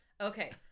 Okay